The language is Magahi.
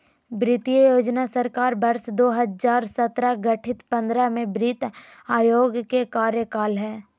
वित्त योजना सरकार वर्ष दो हजार सत्रह गठित पंद्रह में वित्त आयोग के कार्यकाल हइ